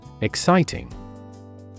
Exciting